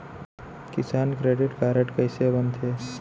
किसान credit card कइसे बनथे?